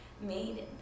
made